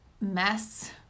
mess